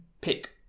pick